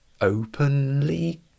Openly